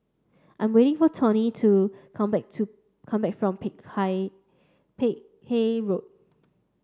I'm waiting for Tomie to come back to come back from Peck Peck Hay Road